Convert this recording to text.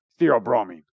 theobromine